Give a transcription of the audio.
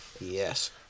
Yes